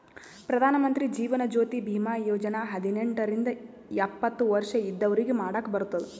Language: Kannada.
ಪ್ರಧಾನ್ ಮಂತ್ರಿ ಜೀವನ್ ಜ್ಯೋತಿ ಭೀಮಾ ಯೋಜನಾ ಹದಿನೆಂಟ ರಿಂದ ಎಪ್ಪತ್ತ ವರ್ಷ ಇದ್ದವ್ರಿಗಿ ಮಾಡಾಕ್ ಬರ್ತುದ್